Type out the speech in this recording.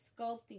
sculpting